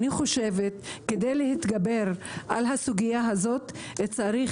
אני חושבת שכדי להתגבר על הסוגיה הזאת צריך